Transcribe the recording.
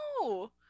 no